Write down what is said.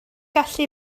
gallu